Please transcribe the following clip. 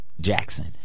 Jackson